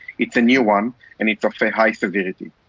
it's a new one and it's of the high severity.